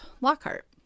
Lockhart